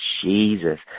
Jesus